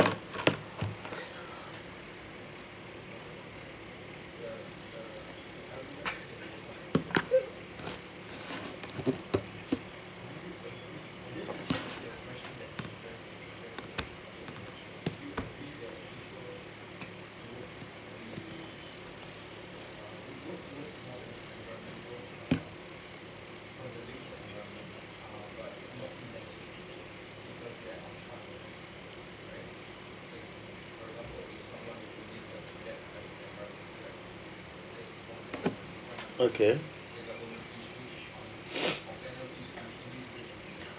okay